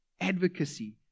Advocacy